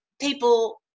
people